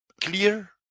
clear